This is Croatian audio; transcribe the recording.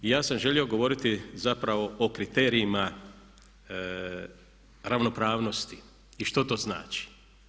I ja sam želio govoriti zapravo o kriterijima ravnopravnosti i što to znači.